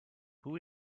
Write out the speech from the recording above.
who